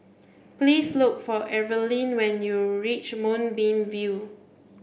please look for Eveline when you reach Moonbeam View